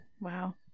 Wow